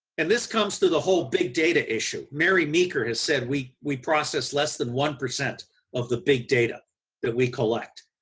and this comes to the whole big data issue. mary meeker has said we we process less than one percent of the big data that we collect.